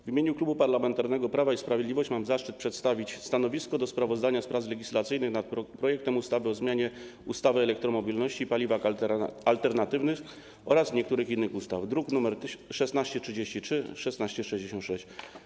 W imieniu Klubu Parlamentarnego Prawo i Sprawiedliwość mam zaszczyt przedstawić stanowisko wobec sprawozdania z prac legislacyjnych nad projektem ustawy o zmianie ustawy o elektromobilności i paliwach alternatywnych oraz niektórych innych ustaw, druki nr 1633 i 1666.